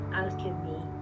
alchemy